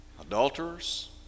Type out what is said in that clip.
adulterers